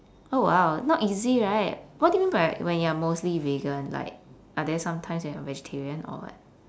oh !wow! not easy right what do you mean by when you're mostly vegan like but then sometimes you are vegetarian or what